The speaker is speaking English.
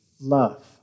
love